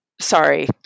sorry